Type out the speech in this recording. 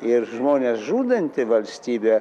ir žmones žudanti valstybė